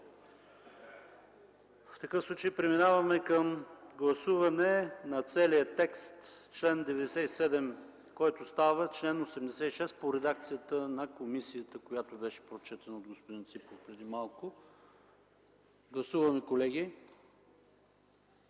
В такъв случай преминаваме към гласуване на целия текст на чл. 97, който става чл. 86 по редакцията на комисията, който беше прочетен от господин Ципов преди малко. Гласували